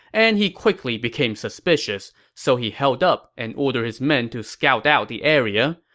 and he quickly became suspicious, so he held up and ordered his men to scout out the area.